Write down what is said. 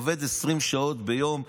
עובד 20 שעות ביום,